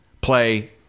play